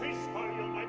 smiling